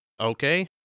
okay